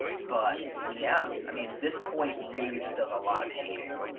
but yeah i mean this point really just does a lot of hating.